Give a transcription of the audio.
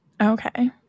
Okay